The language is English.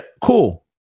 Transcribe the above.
cool